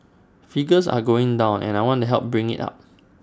figures are going down and I want to help bring IT up